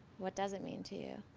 what does it mean to you?